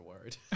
worried